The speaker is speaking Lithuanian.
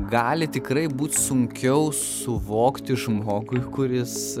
gali tikrai būt sunkiau suvokti žmogui kuris